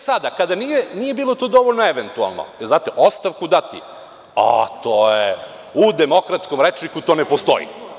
Sada, kada nije ti bilo dovoljno - eventualno znate ostavku dati, a to u demokratskom rečniku to ne postoji.